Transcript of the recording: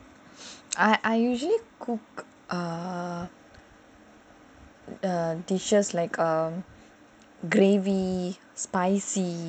I I usually cook err the dishes like um gravy spicy